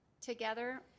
together